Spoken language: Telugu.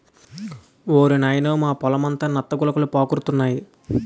ఓరి నాయనోయ్ మా పొలమంతా నత్త గులకలు పాకురుతున్నాయి